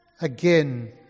again